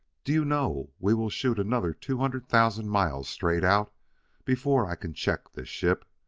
do you know we will shoot another two hundred thousand miles straight out before i can check this ship?